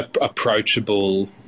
approachable